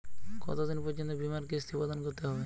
কতো দিন পর্যন্ত বিমার কিস্তি প্রদান করতে হবে?